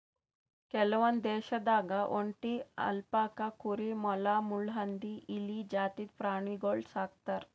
ಕೆಲವೊಂದ್ ದೇಶದಾಗ್ ಒಂಟಿ, ಅಲ್ಪಕಾ ಕುರಿ, ಮೊಲ, ಮುಳ್ಳುಹಂದಿ, ಇಲಿ ಜಾತಿದ್ ಪ್ರಾಣಿಗೊಳ್ ಸಾಕ್ತರ್